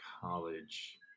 college